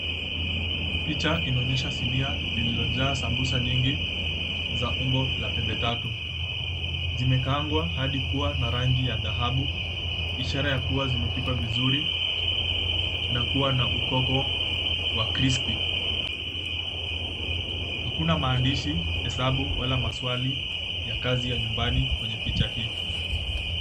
Picha inaonyesha sinia lililojaa sambusa nyingi za umbo la pembe tatu. Zimekaangwa hadi kuwa na rangi ya dhahabu ishara kuwa zimepikwa vizuri na kuwa na ukoko wa crispy . Hakuna maandishi, hesabu wala maswali ya kazi ya nyumbani kwenye picha hii.